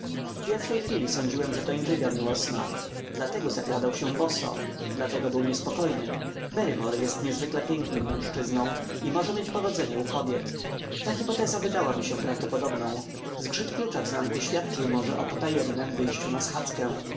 w pierwszej chwili sądziłem że to intryga miłosna dlatego zakradał się boso dlatego był niespokojny barrymore jest niezwykle pięknym mężczyzną i może mieć powodzenie u kobiet ta hypoteza wydała mi się prawdopodobną zgrzyt klucza w zamku świadczył może o potajemnem wyjściu na